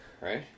right